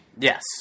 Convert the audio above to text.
Yes